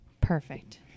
Perfect